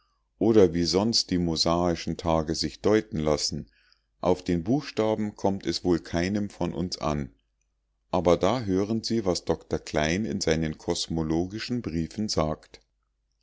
oder wie sonst die mosaischen tage sich deuten lassen auf den buchstaben kommt es wohl keinem von uns an aber da hören sie was dr klein in seinen kosmologischen briefen sagt